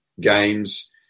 games